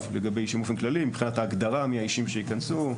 לגבי אישים באופן כללי מבחינת ההגדרה מי האישים שיכנסו,